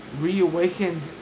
reawakened